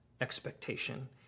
expectation